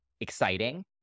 exciting